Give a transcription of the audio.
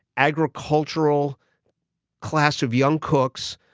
agricultural class of young cooks.